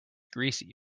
greasy